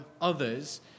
others